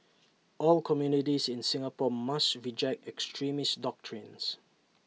all communities in Singapore must reject extremist doctrines